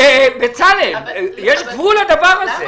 בצלאל, יש גבול לדבר הזה.